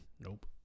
Nope